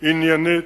עניינית,